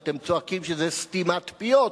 אתם צועקים שזו סתימת פיות,